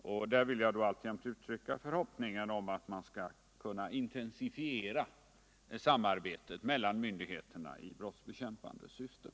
Därmed vill jag då uttrycka förhoppningen att man skall kunna intensifiera samarbetet mellan myndigheterna i brottsbekämpande syfte.